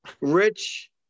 Rich